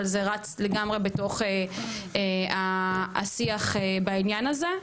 אבל זה רץ לגמרי בתוך השיח בעניין הזה.